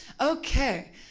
Okay